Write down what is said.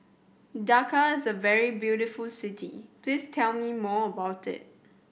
Dakar is a very beautiful city please tell me more about it